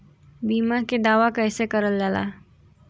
बीमा के दावा कैसे करल जाला?